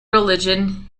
religion